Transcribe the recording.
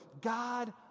God